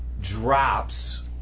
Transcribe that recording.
drops